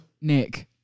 Nick